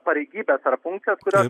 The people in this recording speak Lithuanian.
pareigybes ar funkcijas kurias